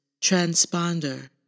Transponder